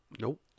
Nope